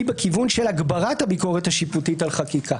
בכיוון של הגברת הביקורת השיפוטית על חקיקה.